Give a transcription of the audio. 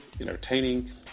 entertaining